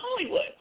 Hollywood